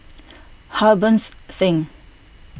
Harbans Singh